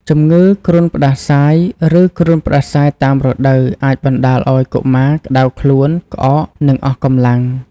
ជម្ងឺគ្រុនផ្តាសាយ ឬគ្រុនផ្តាសាយតាមរដូវអាចបណ្តាលឱ្យកុមារក្តៅខ្លួន ក្អក និងអស់កម្លាំង។